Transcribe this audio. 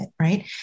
right